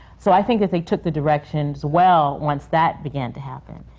so i think that they took the directions well, once that began to happen.